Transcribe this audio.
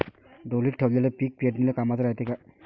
ढोलीत ठेवलेलं पीक पेरनीले कामाचं रायते का?